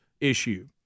issue